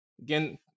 again